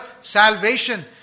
salvation